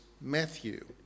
Matthew